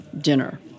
dinner